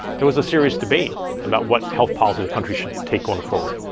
there was a serious debate about what health policy the country should take going forward.